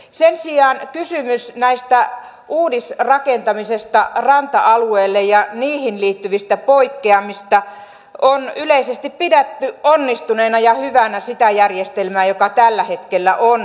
sen sijaan kysymyksessä uudisrakentamisesta ranta alueelle ja siihen liittyvistä poikkeamisista on yleisesti pidetty onnistuneena ja hyvänä sitä järjestelmää joka tällä hetkellä on